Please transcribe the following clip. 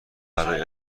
برای